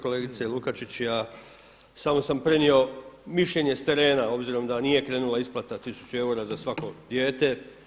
Kolegice Lukačić ja samo sam prenio mišljenje s terena obzirom da nije krenula isplata 1000 eura za svako dijete.